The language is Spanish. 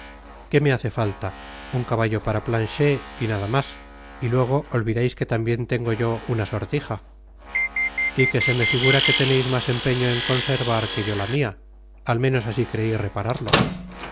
qué me hace falta un caballo para planchet y nada mas y luego olvidais que tambien tengo yo una sortija y que se me figura que teneis mas empeño en conservar que yo la mia al menos asi crei repararlo